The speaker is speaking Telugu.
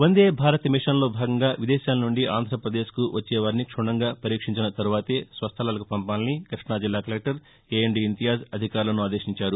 వందేభారత్ మిషన్లో భాగంగా విదేశాల నుంచి ఆంధ్రప్రదేశ్కు వచ్చే వారిని క్షుణ్ణంగా పరీక్షించిన తరువాతే స్వస్థలాలకు పంపాలని కృష్ణజిల్లా కలెక్టర్ ఏఎండీ ఇంతియాజ్ అధికారులకు ఆదేశించారు